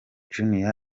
junior